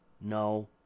No